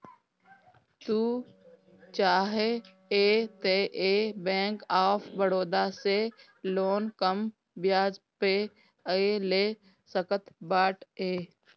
तू चाहअ तअ बैंक ऑफ़ बड़ोदा से लोन कम बियाज पअ ले सकत बाटअ